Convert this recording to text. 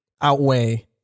outweigh